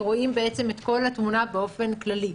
כי רואים בעצם את כל התמונה באופן כללי.